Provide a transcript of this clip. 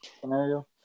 scenario